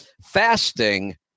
Fasting